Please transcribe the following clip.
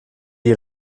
dir